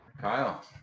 Kyle